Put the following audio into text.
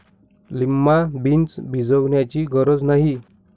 lima beans भिजवण्याची गरज नाही